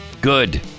Good